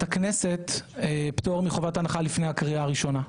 הכנסת פטור מחובת הנחה לפני הקריאה הראשונה.